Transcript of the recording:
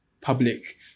public